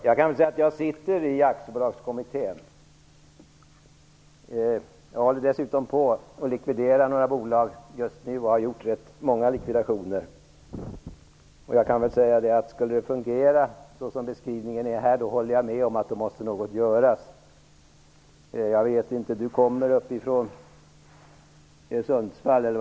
Herr talman! Jag sitter i Aktiebolagskommittén. Jag håller dessutom just nu på att likvidera några bolag och har också genomfört många andra likvidationer. Skulle det fungera så som det beskrivits här, håller jag med om att något måste göras. Per Rosengren kommer ju från Skaraborgs län.